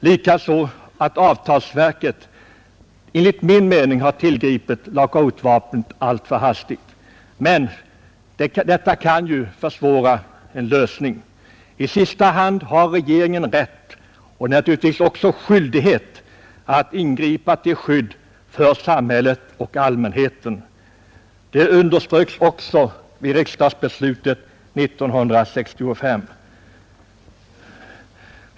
Likaså har avtalsverket enligt min mening tillgripit lockoutvapnet alltför snabbt. Detta kan försvåra en lösning. I sista hand har regeringen rätt — och naturligtvis också skyldighet — att ingripa till skydd för samhället och allmänheten. Det underströks även vid riksdagsbeslutet 1965.